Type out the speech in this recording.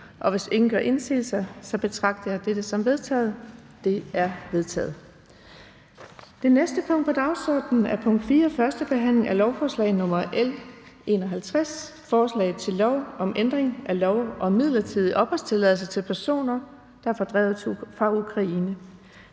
Hvis ingen gør indsigelse, betragter jeg dette som vedtaget. Det er vedtaget. --- Det næste punkt på dagsordenen er: 4) 1. behandling af lovforslag nr. L 51: Forslag til lov om ændring af lov om midlertidig opholdstilladelse til personer, der er fordrevet fra Ukraine.